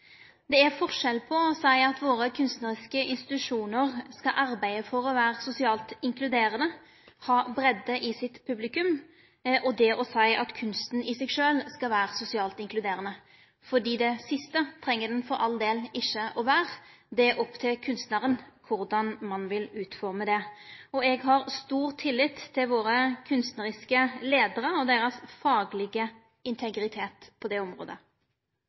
Det er forskjell på å seie at våre kunstnariske institusjonar skal arbeide for å vere sosialt inkluderande og ha breidd i sitt publikum, og det å seie at kunsten i seg sjølv skal vere sosialt inkluderande, fordi det siste treng han for all del ikkje å vere. Det er opp til kunstnaren korleis han vil utforme det. Eg har stor tillit til våre kunstnariske leiarar og deira faglege integritet på det området.